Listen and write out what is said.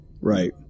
right